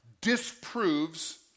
disproves